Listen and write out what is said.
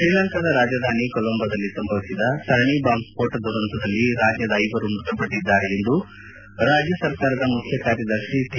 ಶ್ರೀಲಂಕಾದ ರಾಜಧಾನಿ ಕೊಲಂಬೋದಲ್ಲಿ ಸಂಭವಿಸಿದ ಸರಣಿ ಬಾಂಬ್ ಸ್ಫೋಟ ದುರಂತದಲ್ಲಿ ರಾಜ್ಯದ ಐವರು ಮೃತಪಟ್ಟದ್ದಾರೆ ಎಂದು ರಾಜ್ಯಸರ್ಕಾರದ ಮುಖ್ಯ ಕಾರ್ಯದರ್ಶಿ ಟಿ